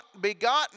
begotten